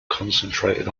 concentrated